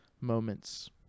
moments